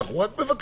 אנחנו רק מבקשים